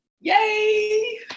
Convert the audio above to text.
Yay